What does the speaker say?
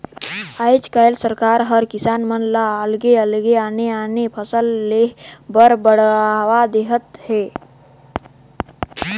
आयज कायल सरकार हर किसान मन ल अलगे अलगे आने आने फसल लेह बर बड़हावा देहत हे